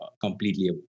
completely